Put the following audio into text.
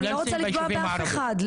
אני לא רוצה לפגוע באף אחד.